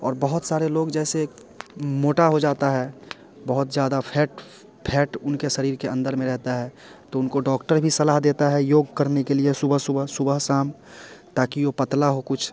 और बहुत सारे लोग जैसे मोटा हो जाता है बहुत ज़्यादा फैट फैट उनके शरीर के अंदर में रहता है तो उनको डॉक्टर भी सलाह देता है योग करने के लिए सुबह सुबह सुबह शाम ताकि वो पतला हो कुछ